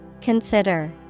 Consider